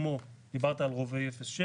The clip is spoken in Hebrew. דיברת על רובאי 07,